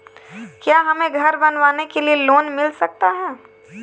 क्या हमें घर बनवाने के लिए लोन मिल सकता है?